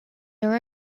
are